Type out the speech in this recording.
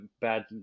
bad